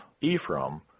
Ephraim